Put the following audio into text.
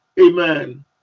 amen